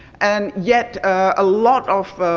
and yet, a lot of,